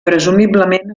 presumiblement